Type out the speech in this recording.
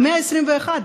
במאה ה-21,